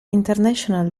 international